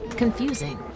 Confusing